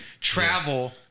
travel